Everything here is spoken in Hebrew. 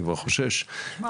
שימו לב,